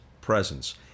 presence